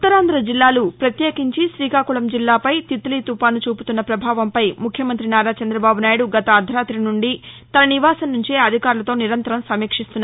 ఉత్తరాంధ్ర జిల్లాలు పత్యేకించి శ్రీకాకుళం జిల్లాపై తిత్తీ తుఫాను చూపుతున్న పభావంపై ముఖ్యమంత్రి నారా చంద్రబాబు నాయుడు గత అర్దరాతి నుండి తన నివాసం నుంచే అధికారులతో నిరంతరం సమీక్షిస్తున్నారు